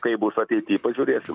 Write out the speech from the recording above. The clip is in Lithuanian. kaip bus ateity pažiūrėsim